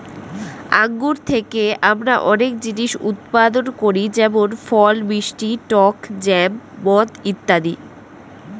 আঙ্গুর থেকে আমরা অনেক জিনিস উৎপাদন করি যেমন ফল, মিষ্টি, টক জ্যাম, মদ ইত্যাদি